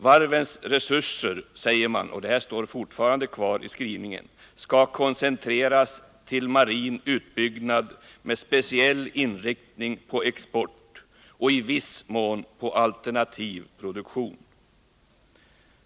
Varvets resurser skall enligt utskottets skrivning koncentreras till marin utbyggnad med speciell inriktning på export och i viss mån på alternativ produktion.